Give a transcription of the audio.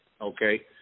okay